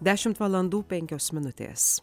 dešimt valandų penkios minutės